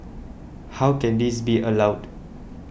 how can this be allowed